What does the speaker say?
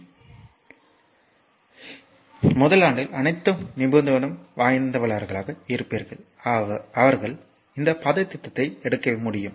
எனவே எல்லோரும் நான் முதல் ஆண்டில் அனைத்து நிபுணத்துவம் வாய்ந்தவர்களாக இருப்பீர்கள் அவர்கள் இந்த பாடத்திட்டத்தை எடுக்க முடியும்